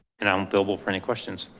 and i'm available for any questions.